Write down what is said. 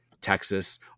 Texas